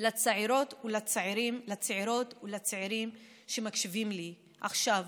לצעירות ולצעירים שמקשיבים לי עכשיו: